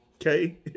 okay